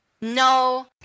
no